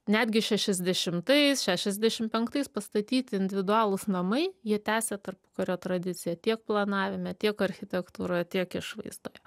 netgi šešiasdešimtais šešiasdešim penktais pastatyti individualūs namai jie tęsia tarpukario tradiciją tiek planavime tiek architektūroje tiek išvaizdoje